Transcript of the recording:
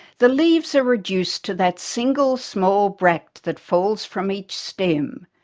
the leaves are reduced to that single small bract that falls from each stem,